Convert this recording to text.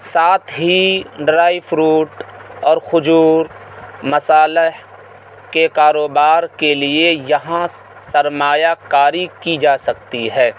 ساتھ ہی dry fruit اور کھجور مصالحہ کے کاروبار کے لیے یہاں سرمایہ کاری کی جا سکتی ہے